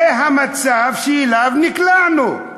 זה המצב שאליו נקלענו,